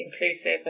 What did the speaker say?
inclusive